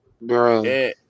Bro